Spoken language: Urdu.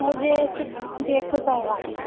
مجھے سکس ڈیٹ کو کروانا ہے